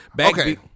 Okay